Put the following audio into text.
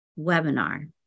webinar